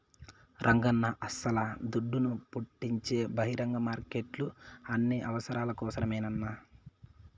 రంగన్నా అస్సల దుడ్డును పుట్టించే బహిరంగ మార్కెట్లు అన్ని అవసరాల కోసరమేనన్నా